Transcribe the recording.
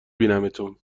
بینمتون